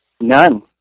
none